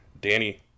danny